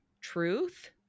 truth